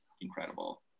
incredible